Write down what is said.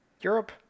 Europe